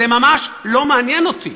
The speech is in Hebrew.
זה ממש לא מעניין אותי.